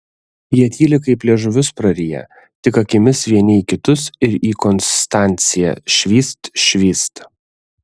jie tyli kaip liežuvius prariję tik akimis vieni į kitus ir į konstanciją švyst švyst